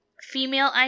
female